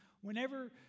Whenever